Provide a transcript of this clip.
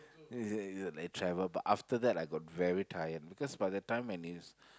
yeah yeah like travel but after that I got very tired because by the time when it's